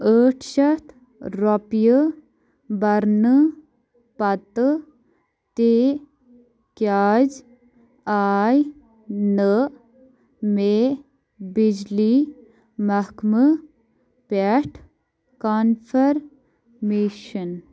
ٲٹھ شَتھ رۄپیہِ بَرنہٕ پَتہٕ تہِ کیٛازِ آے نہٕ مےٚ بجلی محکمہٕ پٮ۪ٹھ کانفَرمیشَن